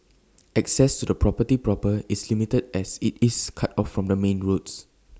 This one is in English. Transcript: access to the property proper is limited as IT is cut off from the main roads